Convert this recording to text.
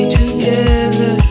together